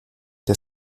der